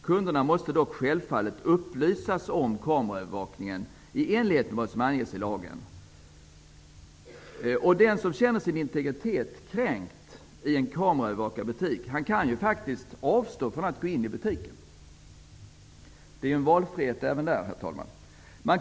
Kunderna måste dock självfallet upplysas om kameraövervakningen i enlighet med vad som anges i lagen. Den som upplever att den egna integriteten kränks i en kameraövervakad butik kan faktiskt avstå från att gå in i den butiken. Det finns ju valfrihet även där, herr talman!